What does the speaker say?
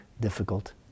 difficult